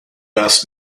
best